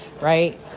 right